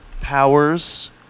Powers